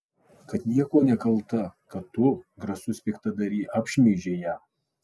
kad niekuo nekalta kad tu grasus piktadary apšmeižei ją